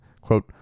Quote